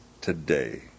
today